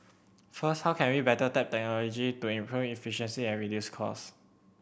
first how can we better tap technology to improve efficiency and reduce cost